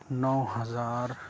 نو ہزار